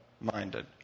minded